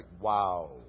wow